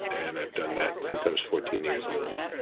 and i've done that since i was fourteen years old.